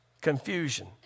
confusion